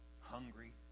hungry